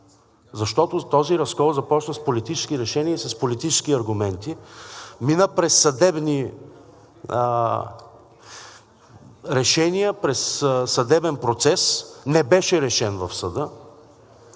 Защото този разкол започна с политически решения, с политически аргументи, мина през съдебни решения, през съдебен процес. Не беше решен в съда